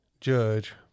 judge